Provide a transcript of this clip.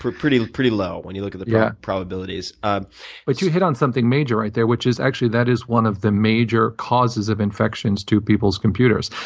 pretty pretty low when you look at the yeah probabilities. yeah, um but you hit on something major right there, which is actually that is one of the major causes of infections to people's computers,